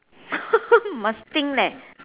must think leh